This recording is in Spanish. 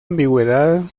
ambigüedad